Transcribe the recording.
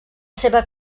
seva